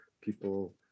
people